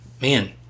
Man